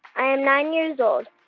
i am nine years old.